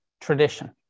tradition